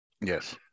yes